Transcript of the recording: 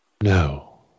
No